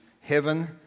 heaven